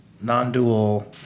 non-dual